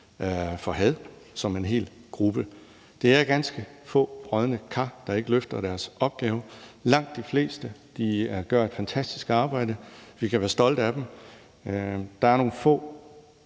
for had som en hel gruppe. Det er ganske få brodne kar, der ikke løfter deres opgave. Langt de fleste gør et fantastisk stykke arbejde. Vi kan være stolte af dem. Der er nogle få